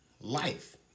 life